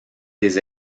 des